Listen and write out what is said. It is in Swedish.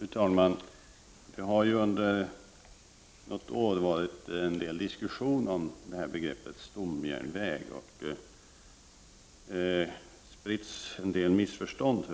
Fru talman! Det har under något år varit en del diskussion om begreppet stomjärnväg, och det har spritts missförstånd.